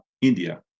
India